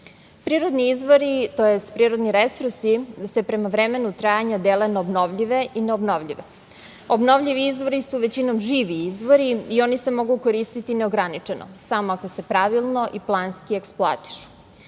Prirodni izvori, tj. prirodni resursi se prema vremenu trajanja dele na obnovljive i neobnovljive. Obnovljivi izvori su većinom živi izvori i oni se mogu koristiti neograničeno samo ako se pravilno i planski eksploatišu.